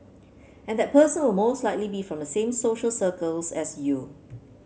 and that person will most likely be from the same social circles as you